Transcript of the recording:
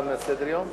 מסדר-היום?